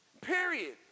Period